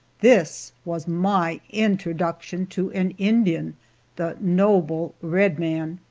this was my introduction to an indian the noble red man!